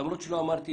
למרות שלא אמרתי,